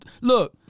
look